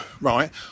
right